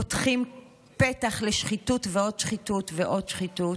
פותחים פתח לשחיתות ועוד שחיתות ועוד שחיתות.